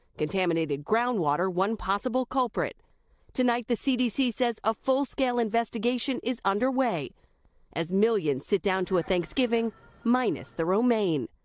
contaminated groundwater one possible culprit tonight the cdc says a full-scale investigation is under way as millions sit down to a thanksgiving minus the romaine.